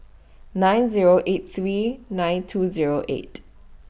nine Zero eight three nine two Zero eight